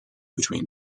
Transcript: between